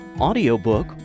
audiobook